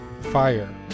fire